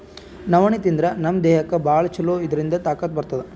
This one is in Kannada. ನವಣಿ ತಿಂದ್ರ್ ನಮ್ ದೇಹಕ್ಕ್ ಭಾಳ್ ಛಲೋ ಇದ್ರಿಂದ್ ತಾಕತ್ ಬರ್ತದ್